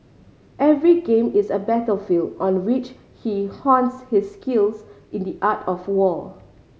every game is a battlefield on which he hones his skills in the art of war